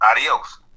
adios